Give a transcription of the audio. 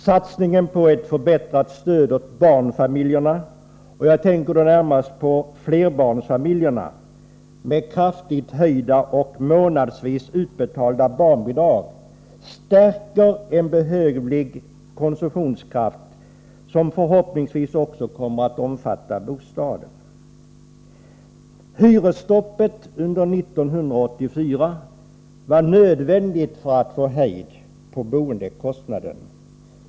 Satsningen på ett förbättrat stöd till barnfamiljerna — jag tänker närmast på flerbarnsfamiljerna — med kraftigt höjda och månadsvis utbetalda barnbidrag stärker en behövlig konsumtionskraft, som förhoppningsvis kommer att omfatta också bostaden. Hyresstoppet under 1984 var nödvändigt för att få hejd på boendekostnaden.